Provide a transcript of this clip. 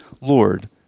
Lord